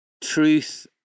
truth